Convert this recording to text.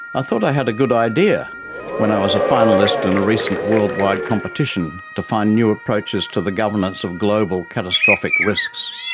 ah thought i had a good idea when i was a finalist in and a recent worldwide competition to find new approaches to the governments of global catastrophic risks.